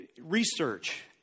Research